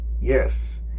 Yes